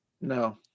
no